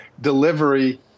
delivery